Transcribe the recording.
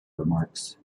remarks